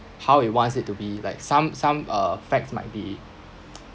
how it wants it to be like some some uh facts might be